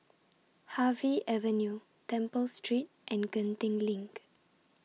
Harvey Avenue Temple Street and Genting LINK